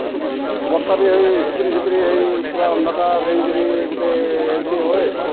ବର୍ଷା ବି ହେଇ ଝିପରି ଝିପିରି ହେଇ ପୁରା ଅନ୍ଧକାର ହେଇକିରି ଗୁଟେ ଏନ୍ତି ହୁଏ